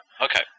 okay